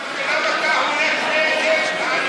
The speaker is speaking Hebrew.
אז למה אתה הולך נגד ה"אני מאמין" שלך?